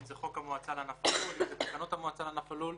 אם זה חוק המועצה לענף הלול,